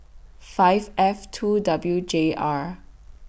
five F two W J R